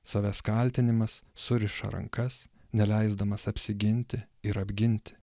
savęs kaltinimas suriša rankas neleisdamas apsiginti ir apginti